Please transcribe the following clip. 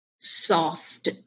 soft